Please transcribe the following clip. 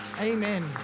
Amen